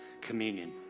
communion